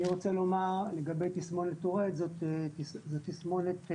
זו תסמונת,